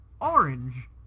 orange